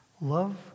Love